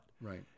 Right